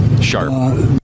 sharp